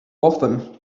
often